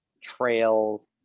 trails